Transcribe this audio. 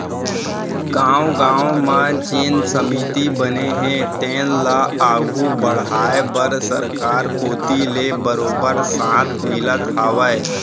गाँव गाँव म जेन समिति बने हे तेन ल आघू बड़हाय बर सरकार कोती ले बरोबर साथ मिलत हावय